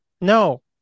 No